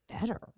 better